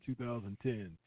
2010